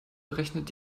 berechnet